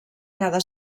cada